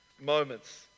moments